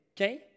okay